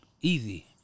easy